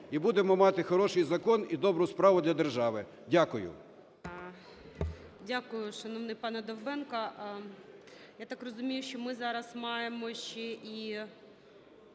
і будемо мати хороший закон і добру справу для держави. Дякую. ГОЛОВУЮЧИЙ. Дякую, шановний пане Довбенко. Я так розумію, що ми зараз маємо ще і